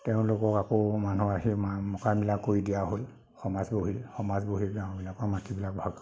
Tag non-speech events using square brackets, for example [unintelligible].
তেওঁলোকঅ আকৌ মানুহ আহি মা মোকাবিলা কৰি দিয়া হ'ল সমাজ বহি সমাদ বহি [unintelligible] মাটিবিলাক ভাগ কৰি দি